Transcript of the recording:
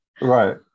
Right